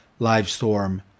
Livestorm